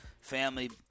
family